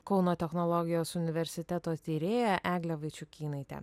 kauno technologijos universiteto tyrėja eglė vaičiukynaitė